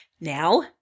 Now